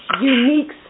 unique